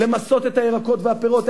למסות את הירקות והפירות.